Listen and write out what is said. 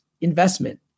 investment